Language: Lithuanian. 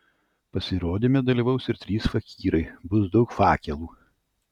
pasirodyme dalyvaus ir trys fakyrai bus daug fakelų